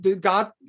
God